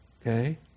Okay